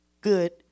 good